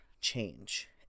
change